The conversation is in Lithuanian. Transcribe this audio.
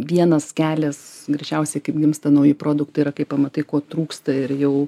vienas kelias greičiausiai kaip gimsta nauji produktai yra kai pamatai ko trūksta ir jau